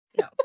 no